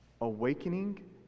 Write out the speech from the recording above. awakening